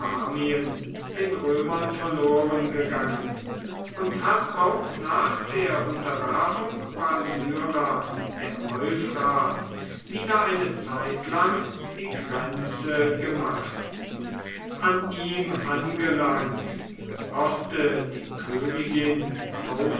den römern verlorengegangen und hat auch nach der unterwerfung palmyras der euphrat wieder eine zeitlang die grenze gemacht an ihm angelangt hoffte die königin